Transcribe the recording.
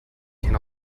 can